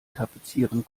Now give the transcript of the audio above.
tapezieren